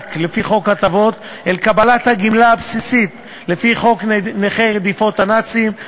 המענק לפי חוק הטבות אל קבלת הגמלה הבסיסית לפי חוק נכי רדיפות הנאצים,